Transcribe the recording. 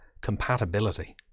compatibility